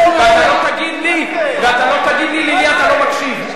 ואתה לא תגיד לי למי אתה לא מקשיב.